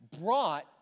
brought